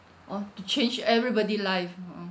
hor to change everybody life mm